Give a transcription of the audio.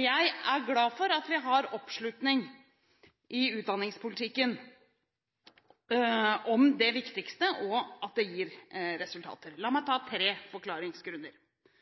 Jeg er glad for at vi har oppslutning i utdanningspolitikken om det viktigste, og at det gir resultater. La meg